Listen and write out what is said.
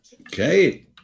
Okay